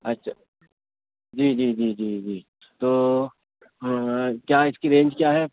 اچھا جی جی جی جی جی تو کیا اس کی رینج کیا ہے